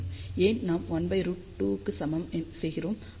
ஏன் நாம் 1√2 க்கு சமம் செய்கிறோம்